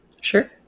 sure